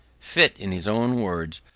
fit, in his own words,